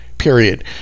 period